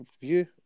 View